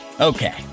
Okay